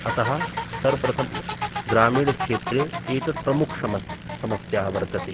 अतः सर्वप्रथमं ग्रामीणक्षेत्रे एतत् प्रमुखसमस्या वर्तते